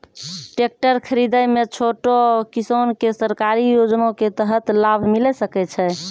Tractor खरीदै मे छोटो किसान के सरकारी योजना के तहत लाभ मिलै सकै छै?